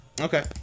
Okay